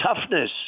toughness